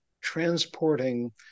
transporting